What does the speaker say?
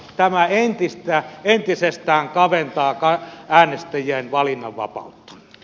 tämä entisestään kaventaa äänestäjien valinnanvapautta